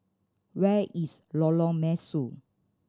where is Lorong Mesu